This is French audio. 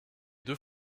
deux